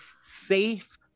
safe